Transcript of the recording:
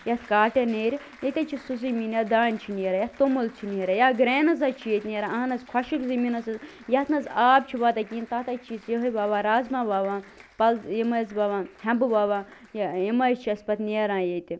یَتھ کاٹن نیرِ ییٚتہِ حظ چھُ سُہ زمیٖن یَتھ دانہِ چھُ نیران یَتھ توٚمُل چھُ نیران یا گرٛینٕز حظ چھِ ییٚتہِ نیران اہن حظ خۄشٕک زمیٖنس حظ یَتھ نَہ حظ آب چھُ واتان کِہیٖنۍ تَتھ حظ چھِ أسۍ یِہوے وۄوان رازمہ وۄوان پل یِم حظ وۄوان ہیٚمبہٕ وۄوان یا یِم حظ چھِ اسہِ پتہٕ نیران ییٚتہِ